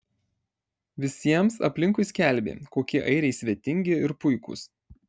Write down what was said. visiems aplinkui skelbė kokie airiai svetingi ir puikūs